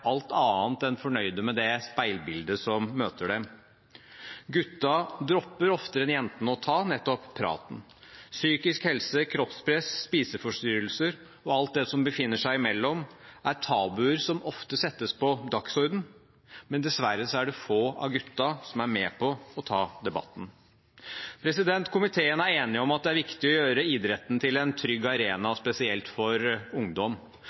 alt annet enn fornøyd med det speilbildet som møter dem. Guttene dropper oftere enn jentene å ta nettopp praten. Psykisk helse, kroppspress, spiseforstyrrelser og alt det som befinner seg imellom, er tabuer som ofte settes på dagsordenen, men dessverre er det få av guttene som er med på å ta debatten. Komiteen er enig om at det er viktig å gjøre idretten til en trygg arena, spesielt for ungdom.